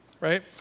right